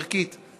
ערכית,